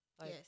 Yes